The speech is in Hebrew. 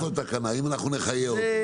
יש לו תקנה, אם אנחנו נחיה אותו.